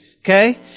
Okay